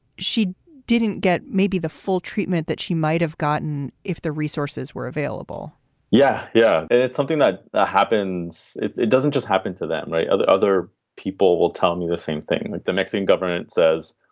she didn't get maybe the full treatment that she might have gotten if the resources were available yeah. yeah. and it's something that happens. it doesn't just happen to that. other other people will tell me the same thing that the mexican government says.